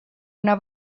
una